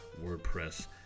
WordPress